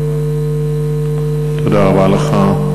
תודה רבה לך.